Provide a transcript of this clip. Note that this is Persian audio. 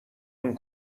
اون